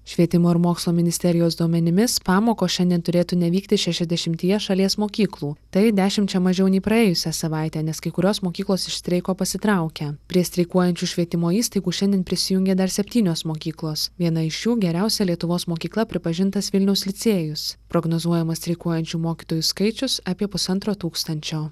švietimo ir mokslo ministerijos duomenimis pamokos šiandien turėtų nevykti šešiasdešimtyje šalies mokyklų tai dešimčia mažiau nei praėjusią savaitę nes kai kurios mokyklos iš streiko pasitraukia prie streikuojančių švietimo įstaigų šiandien prisijungė dar septynios mokyklos viena iš šių geriausia lietuvos mokykla pripažintas vilniaus licėjus prognozuojamas streikuojančių mokytojų skaičius apie pusantro tūkstančio